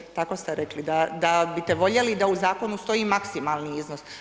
Što se, tako ste rekli, da biste voljeli da u zakonu stoji maksimalni iznos.